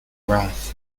wrath